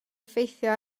effeithio